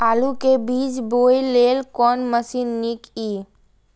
आलु के बीज बोय लेल कोन मशीन नीक ईय?